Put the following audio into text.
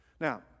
Now